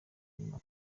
inyuma